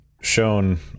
shown